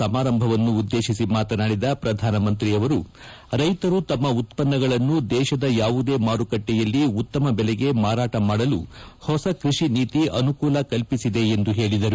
ನಂತರ ಸಮಾರಂಭವನ್ನುದ್ದೇಶಿಸಿ ಮಾತನಾಡಿದ ಪ್ರಧಾನಮಂತ್ರಿಯವರು ರೈತರು ತಮ್ನ ಉತ್ಪನ್ನಗಳನ್ನು ದೇಶದ ಯಾವುದೇ ಮಾರುಕಟ್ಲೆಯಲ್ಲಿ ಉತ್ತಮ ಬೆಲೆಗೆ ಮಾರಾಟ ಮಾಡಲು ಹೊಸ ಕೃಷಿ ನೀತಿ ಅನುಕೂಲ ಕಲ್ಪಿಸಿದೆ ಎಂದು ಹೇಳಿದರು